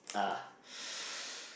uh